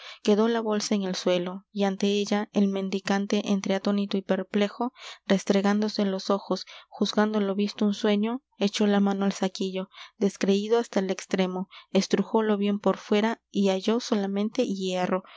quedó la bolsa en el suelo y ante ella el mendicante entre atónito y perplejo restregándose los ojos juzgando lo visto un sueño echó la mano al saquillo descreído hasta el extremo estrujólo bien por fuera y halló solamente hierro